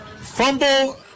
Fumble